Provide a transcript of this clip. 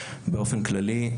באופן כללי,